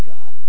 God